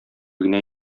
генә